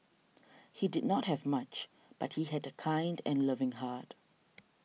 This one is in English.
he did not have much but he had a kind and loving heart